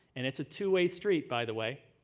and it's a two-way street, by the way.